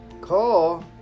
call